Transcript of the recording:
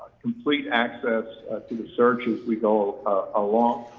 complete access to the search as we go along,